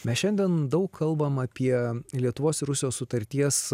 mes šiandien daug kalbam apie lietuvos ir rusijos sutarties